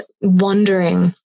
wondering